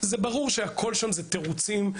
שהכול שם זה תירוצים,